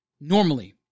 normally